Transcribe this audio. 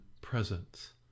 presence